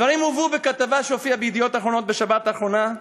הדברים הובאו בכתבה שהופיעה ב"ידיעות אחרונות" בשבת האחרונה.